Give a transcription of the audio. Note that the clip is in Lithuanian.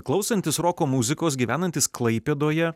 klausantis roko muzikos gyvenantis klaipėdoje